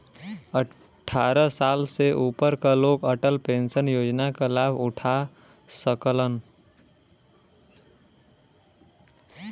अट्ठारह साल से ऊपर क लोग अटल पेंशन योजना क लाभ उठा सकलन